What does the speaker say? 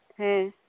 ᱦᱮᱸ